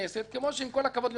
כמו שעם כל הכבוד ליוסי סגל,